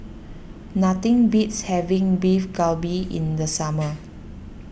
nothing beats having Beef Galbi in the summer